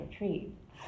retreat